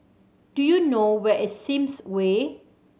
do you know where is Sims Way